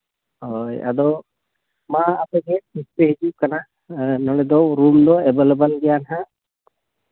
ᱦᱳᱭ ᱟᱫᱚ ᱢᱟ ᱟᱯᱮᱜᱮ ᱛᱤᱥ ᱯᱮ ᱦᱤᱡᱩᱜ ᱠᱟᱱᱟ ᱱᱚᱰᱮ ᱫᱚ ᱨᱩᱢ ᱫᱚ ᱮᱵᱮᱞᱮᱵᱮᱞ ᱜᱮᱭᱟ ᱦᱟᱸᱜ